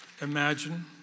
imagine